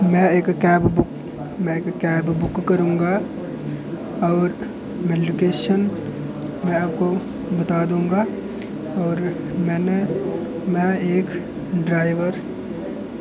मैं इक cab book मैं इक कैव बुक करूंगा और लोकेशन मैं आपको बतादूं गा और मैनें मैं इक ड्राइवर